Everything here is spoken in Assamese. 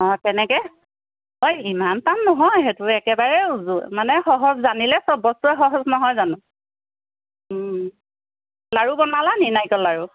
অঁ তেনেকৈৈ হয় ইমান টান নহয় সেইটো একেবাৰে উজু মানে সহজ জানিলে চব বস্তুৱে সহজ নহয় জানো লাড়ু বনালা নি নাৰিকল লাড়ু